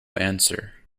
answer